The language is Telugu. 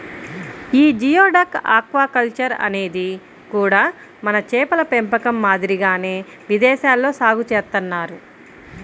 యీ జియోడక్ ఆక్వాకల్చర్ అనేది కూడా మన చేపల పెంపకం మాదిరిగానే విదేశాల్లో సాగు చేత్తన్నారు